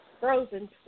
frozen